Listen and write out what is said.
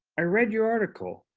i read your article.